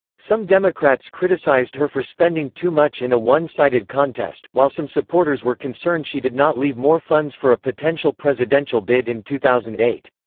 some democrats criticized her for spending too much in a one-sided contest while some supporters were concerned she did not leave more funds for a potential presidential bid in two thousand and eight.